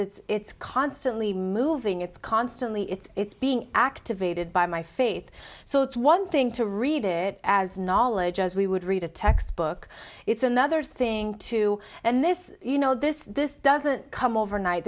it's constantly moving it's constantly it's being activated by my faith so it's one thing to read it as knowledge as we would read a textbook it's another thing to and this you know this this doesn't come overnight